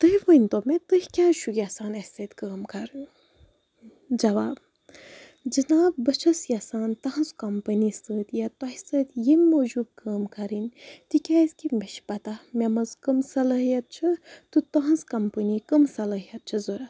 تُہۍ ؤنۍ تو مےٚ تُہۍ کیازِ چھُو یَژھان اسہِ سۭتۍ کٲم کَرُن جواب جناب بہٕ چھَس یَژھان تُہنٛز کَمپٔنی سۭتۍ یا تۄہہِ سۭتۍ ییٚمہِ موٗجوٗب کٲم کَرٕنۍ تِکیٛازِکہِ مےٚ چھِ پَتہ مےٚ منٛز کٕم صلٲحیت چھِ تہٕ تُہنٛز کَمپٔنی کٕم صلٲحیت چھِ ضروٗرت